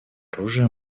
оружие